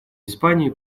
испания